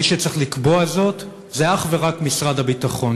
כי מי שצריך לקבוע זאת זה אך ורק משרד הביטחון.